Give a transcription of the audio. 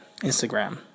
Instagram